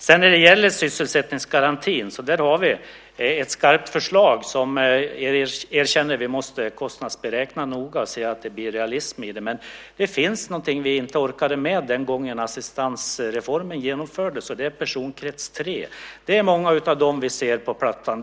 När det sedan gäller sysselsättningsgarantin har vi ett skarpt förslag, och vi erkänner att vi måste kostnadsberäkna det noga och se till att det blir realism i det. Men det finns någonting som vi inte orkade med den gången då assistansreformen genomfördes, och det är personkrets 3. Det är många av dem som vi ser på Plattan.